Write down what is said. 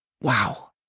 Wow